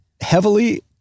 heavily